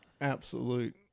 Absolute